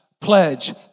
pledge